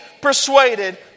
persuaded